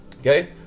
Okay